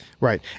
Right